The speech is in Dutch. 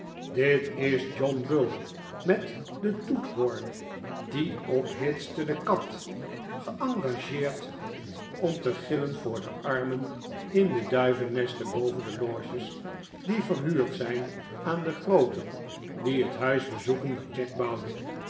dit is john bull met den toethoorn die ophitste de kat geengageerd om te gillen voor de armen in de duivennesten boven de loges die verhuurd zijn aan de grooten die het huis bezoeken dat jack bouwde